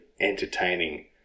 entertaining